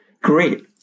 Great